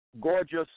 Gorgeous